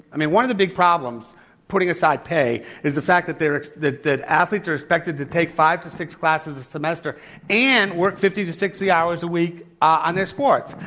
i mean, one of the big problems putting aside pay is the fact that they're that athletes are expected to take five to six classes a semester and work fifty to sixty hours a week on their sports.